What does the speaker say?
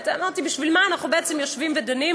אמרתי: בעצם בשביל מה אנחנו יושבים ודנים,